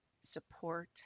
support